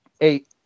eight